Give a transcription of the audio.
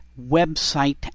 website